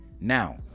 Now